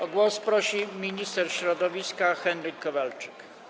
O głos prosi minister środowiska Henryk Kowalczyk.